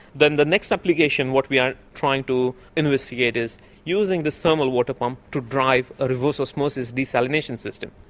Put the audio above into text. then the next application, what we are trying to investigate is using this thermal water pump to drive a reverse osmosis desalination system.